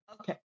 Okay